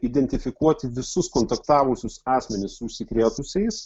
identifikuoti visus kontaktavusius asmenis su užsikrėtusiais